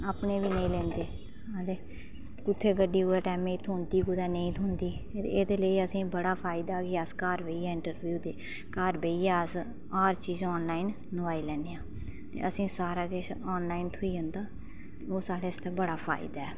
अपने बी नेईं लेंदे ते कुत्थै गड्डी कुतै टाइम दी थ्होंदी कुतै नेईं थ्होंदी एहदे लेई असेंगी बड़ा फायदा होई गेआ अस घर बेहियै अस हर चीज आनॅलाइन नुआई लैन्ने आं ते असेंगी सारा किश आनॅलाइन थ्होई जंदा ओह् साढ़े आस्तै बड़ा फायदा ऐ